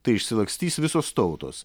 tai išsilakstys visos tautos